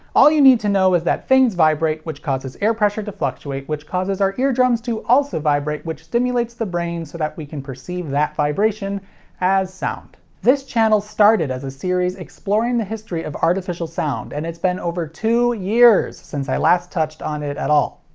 all you need to know is that things vibrate, which causes air pressure to fluctuate, which causes our eardrums to also vibrate, which stimulates the brain so that we can perceive that vibration as sound. this channel started as a series exploring the history of artificial sound, and it's been over two years since i last touched on it at all.